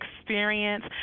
Experience